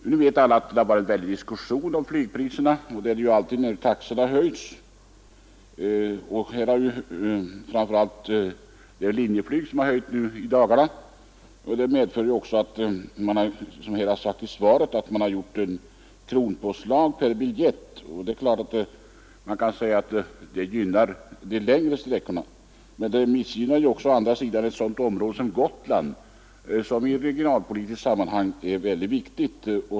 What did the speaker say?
Alla vet att det har förts en väldig diskussion om flygpriserna. Så blir det alltid när taxorna höjs. Linjeflyg har höjt priset nu i dagarna. Det framhålls i svaret att höjningen har skett i form av ett kronpåslag per biljett. Det är klart att man kan säga att det gynnar resenärerna på de längre sträckorna, men å andra sidan missgynnas ett sådant område som Gotland, som i regionalpolitiskt sammanhang är ytterst viktigt.